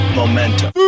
momentum